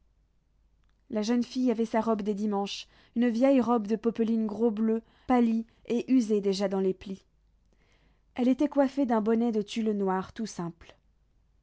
la jeune fille avait sa robe des dimanches une vieille robe de popeline gros bleu pâlie et usée déjà dans les plis elle était coiffée d'un bonnet de tulle noire tout simple